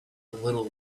little